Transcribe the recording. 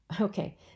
Okay